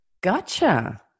Gotcha